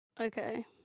Okay